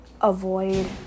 avoid